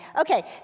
Okay